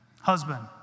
husband